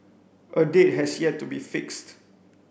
a date has yet to be fixed